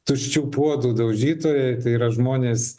tuščių puodų daužytojai tai yra žmonės